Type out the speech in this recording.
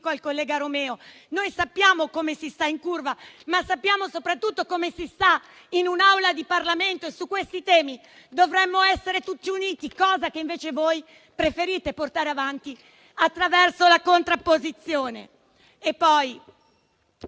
dico al collega Romeo. Sappiamo come si sta in curva, ma sappiamo soprattutto come si sta in un'Aula del Parlamento, e su questi temi dovremmo essere tutti uniti, ma invece voi preferite portare avanti la contrapposizione.